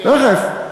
להכיר בהם, תכף.